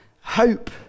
hope